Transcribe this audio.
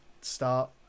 start